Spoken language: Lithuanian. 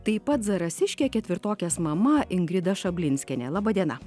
taip pat zarasiškė ketvirtokės mama ingrida šablinskienė laba diena